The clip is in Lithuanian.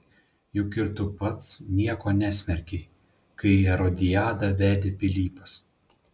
juk ir tu pats nieko nesmerkei kai erodiadą vedė pilypas